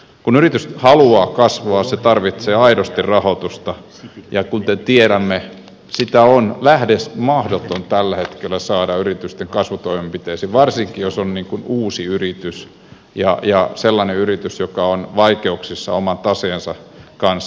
kun yritys haluaa kasvua se tarvitsee aidosti rahoitusta ja kuten tiedämme sitä on lähes mahdoton tällä hetkellä saada yritysten kasvutoimenpiteisiin varsinkin jos on uusi yritys ja sellainen yritys joka on vaikeuksissa oman taseensa kanssa